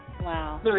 Wow